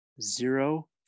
zero